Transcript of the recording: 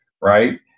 right